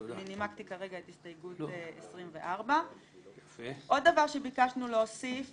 אני נימקתי כרגע את הסתייגות 24. עוד דבר שביקשנו להוסיף